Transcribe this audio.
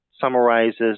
summarizes